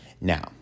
Now